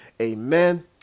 Amen